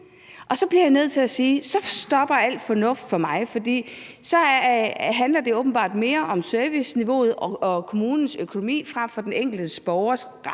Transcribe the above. Og så bliver jeg nødt til at sige, at så stopper al fornuft for mig, for så handler det åbenbart mere om serviceniveauet og kommunens økonomi frem for den enkelte borgers ret